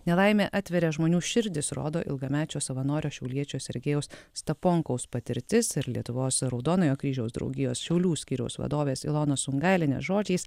nelaimė atveria žmonių širdis rodo ilgamečio savanorio šiauliečio sergejaus staponkaus patirtis ir lietuvos raudonojo kryžiaus draugijos šiaulių skyriaus vadovės ilonos sungailienės žodžiais